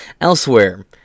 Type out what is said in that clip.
Elsewhere